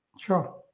Sure